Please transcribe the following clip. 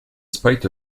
spite